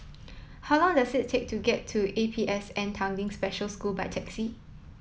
how long does it take to get to A P S N Tanglin Special School by taxi